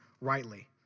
rightly